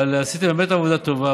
אבל עשיתם, באמת, עבודה טובה.